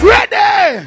Ready